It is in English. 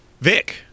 vic